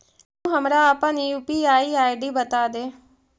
तु हमरा अपन यू.पी.आई आई.डी बतादे